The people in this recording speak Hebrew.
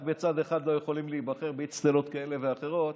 רק בצד אחד לא יכולים להיבחר באצטלות כאלה ואחרות,